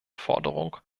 forderung